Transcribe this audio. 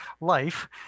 life